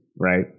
Right